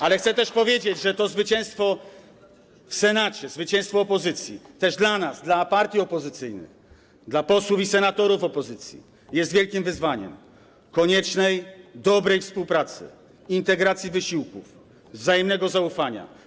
Ale chcę też powiedzieć, że to zwycięstwo w Senacie, zwycięstwo opozycji też dla nas, dla partii opozycyjnej, dla posłów i senatorów opozycji, jest wielkim wyzwaniem dotyczącym koniecznej, dobrej współpracy, integracji wysiłków, wzajemnego zaufania.